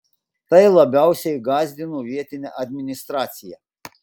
tai labiausiai gąsdino vietinę administraciją